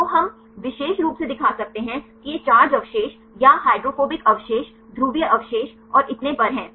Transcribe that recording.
तो हम विशेष रूप से दिखा सकते हैं कि ये चार्ज अवशेष या हाइड्रोफोबिक अवशेष ध्रुवीय अवशेष और इतने पर हैं